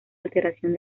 alteración